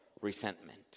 resentment